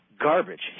Garbage